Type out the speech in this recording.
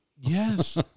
Yes